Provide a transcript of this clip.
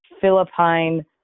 philippine